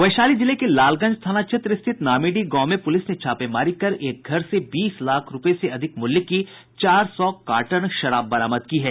वैशाली जिले के लालगंज थाना क्षेत्र स्थित नामीडीह गांव में पुलिस ने छापेमारी कर एक घर से बीस लाख रूपये से अधिक मूल्य की चार सौ कार्टन शराब बरामद की है